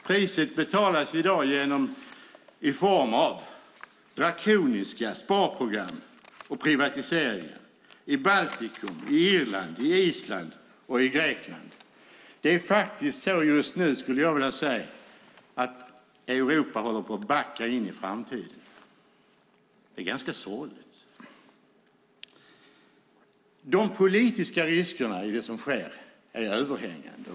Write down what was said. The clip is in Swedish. Priset betalas i dag i form av drakoniska sparprogram och privatiseringar i Baltikum, Irland, Island och Grekland. Det är faktiskt så just nu, skulle jag vilja säga, att Europa håller på att backa in i framtiden. Det är ganska sorgligt. De politiska riskerna i det som sker är överhängande.